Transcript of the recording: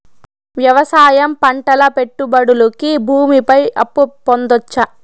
వ్యవసాయం పంటల పెట్టుబడులు కి భూమి పైన అప్పు పొందొచ్చా?